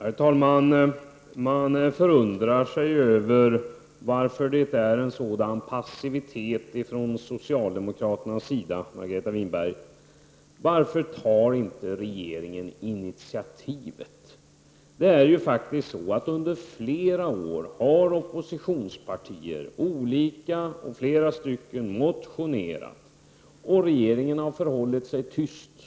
Herr talman! Man förundrar sig över att det är en sådan passivitet från socialdemokraternas sida, Margareta Winberg. Varför tar inte regeringen initiativet? Det är ju så att oppositionspartier, olika och flera stycken, under flera år har motionerat, medan regeringen har förhållit sig tyst.